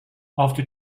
after